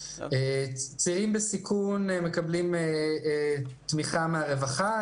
צעירים בסיכון מקבלים תמיכה מן הרווחה,